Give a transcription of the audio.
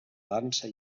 dansa